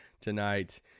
tonight